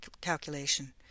calculation